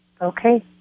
Okay